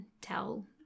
tell